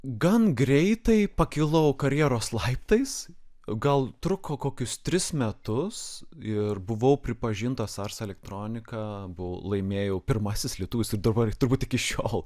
gan greitai pakilau karjeros laiptais gal truko kokius tris metus ir buvau pripažintas ars elektronika buvau laimėjau pirmasisi lietuvis ir dabar turbūt iki šiol